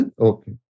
Okay